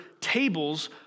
tables